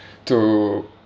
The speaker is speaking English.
to